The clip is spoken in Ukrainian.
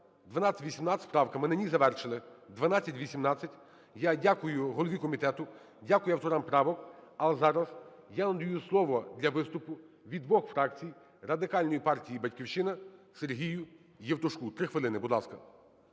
1218 правка, ми на ній завершили. 1218. Я дякую голові комітету. Дякую авторам правок. А зараз я надаю слово для виступу від двох фракцій Радикальної партії і "Батьківщина" Сергію Євтушку. 3 хвилини. Будь ласка.